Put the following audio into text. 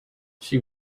she